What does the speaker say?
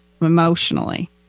emotionally